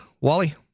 Wally